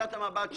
מנקודת המבט שלי,